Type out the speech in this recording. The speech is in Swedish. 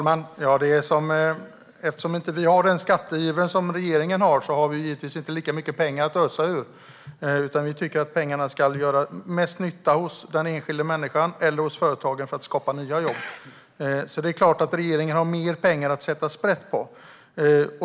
Herr talman! Eftersom vi inte har regeringens skattegiv kan vi givetvis inte ösa lika mycket pengar, utan vi tycker att pengarna gör mest nytta hos den enskilda människan eller hos företagen, för att skapa nya jobb. Det är klart att regeringen har mer pengar att sätta sprätt på.